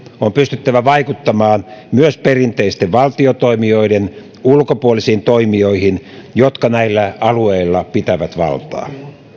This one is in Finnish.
on pystyttävä vaikuttamaan myös perinteisten valtiotoimijoiden ulkopuolisiin toimijoihin jotka näillä alueilla pitävät valtaa